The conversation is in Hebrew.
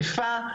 ושלוש אכיפה.